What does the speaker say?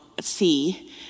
see